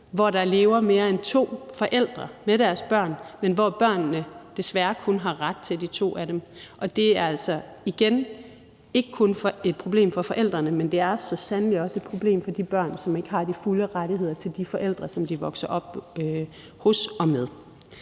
hvor der lever mere end to forældre med deres børn, men hvor børnene desværre kun har ret til de to af dem. Det er altså igen ikke kun et problem for forældrene, men så sandelig også et problem for de børn, som ikke har de fulde rettigheder til de forældre, som de vokser op hos og med.